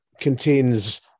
contains